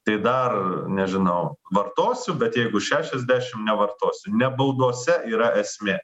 tai dar nežinau vartosiu bet jeigu šešiasdešim nevartosiu ne baudose yra esmė